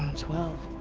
twelve.